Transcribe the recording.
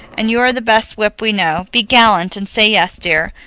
and you are the best whip we know. be gallant and say yes, dear.